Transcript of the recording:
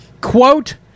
Quote